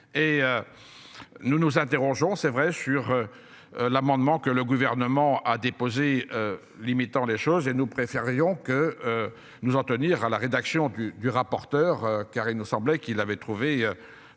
Nous nous interrogeons c'est vrai sur. L'amendement que le gouvernement a déposé limitant les choses et nous préférions que. Nous en tenir à la rédaction du du rapporteur car il nous semblait qu'il avait trouvé